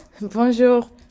bonjour